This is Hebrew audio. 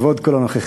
כבוד כל הנוכחים,